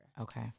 Okay